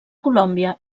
colòmbia